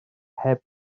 heb